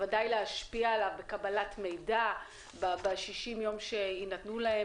ובוודאי להשפיע עליו מבחינת קבלת המידע ב-60 הימים שיינתנו להם,